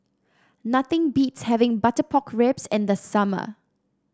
nothing beats having Butter Pork Ribs in the summer